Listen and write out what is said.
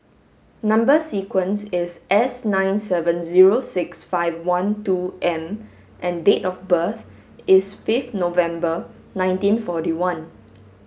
number sequence is S nine seven zero six five one two M and date of birth is fifth November nineteen fourty one